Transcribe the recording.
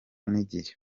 n’igihe